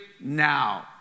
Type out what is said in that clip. now